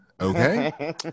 okay